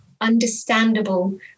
understandable